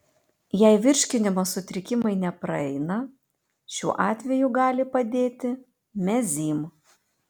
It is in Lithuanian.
jei virškinimo sutrikimai nepraeina šiuo atveju gali padėti mezym